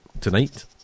tonight